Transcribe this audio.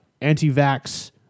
anti-vax